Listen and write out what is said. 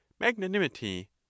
magnanimity